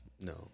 No